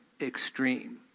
extreme